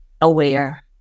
aware